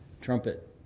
trumpet